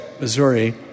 Missouri